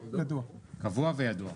קבוע וידוע.